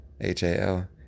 H-A-L